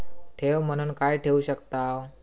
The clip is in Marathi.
ठेव म्हणून काय ठेवू शकताव?